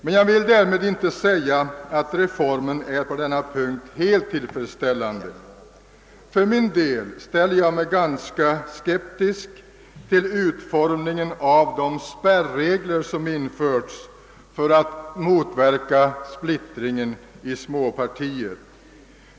Men jag vill därmed inte säga att reformen på denna punkt är helt tillfredsställande. För min del ställer jag mig ganska skeptisk till utformningen av de spärregler som införts för att motverka splittringen i småpartier.